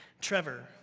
Trevor